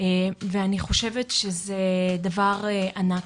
ואני חושבת שזה דבר ענק.